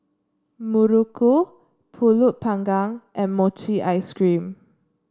Muruku pulut Panggang and Mochi Ice Cream